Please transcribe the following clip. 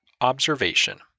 observation